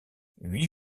huit